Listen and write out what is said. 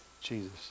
Jesus